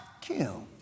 kill